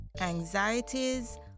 anxieties